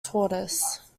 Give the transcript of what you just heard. tortoise